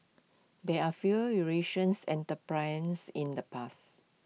there are few Eurasians entrepreneurs in the past